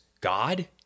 God